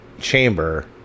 chamber